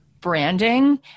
branding